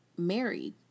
married